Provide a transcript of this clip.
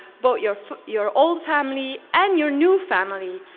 but your your old family and your new family.